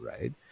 right